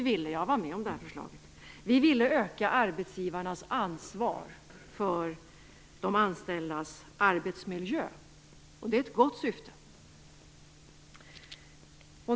Vi ville öka arbetsgivarnas ansvar för de anställdas arbetsmiljö, och det är ett gott syfte.